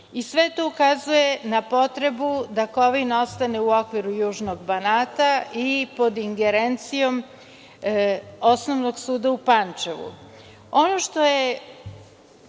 Sve to ukazuje na potrebu da Kovin ostane u okviru južnog Banata i pod ingerencijom Osnovnog suda u Pančevu. Ono što je